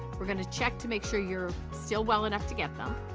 we're gonna check to make sure you're still well enough to get them.